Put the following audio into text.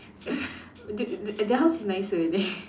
their their house is nicer